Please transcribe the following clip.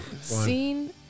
Scene